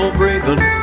breathing